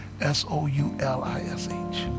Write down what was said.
S-O-U-L-I-S-H